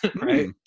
Right